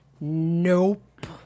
nope